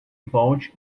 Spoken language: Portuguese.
volte